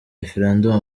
referendum